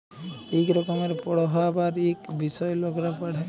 ইক রকমের পড়্হাবার ইক বিষয় লকরা পড়হে